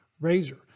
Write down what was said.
Razor